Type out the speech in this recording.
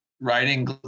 writing